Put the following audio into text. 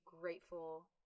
grateful